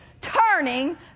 turning